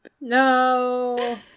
No